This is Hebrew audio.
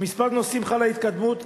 בכמה נושאים חלה התקדמות,